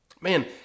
man